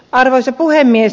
arvoisa puhemies